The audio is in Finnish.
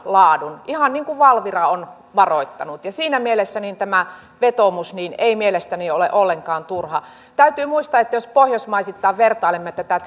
laadun ihan niin kuin valvira on varoittanut ja siinä mielessä tämä vetoomus ei mielestäni ole ollenkaan turha täytyy muistaa että jos pohjoismaisittain vertailemme tätä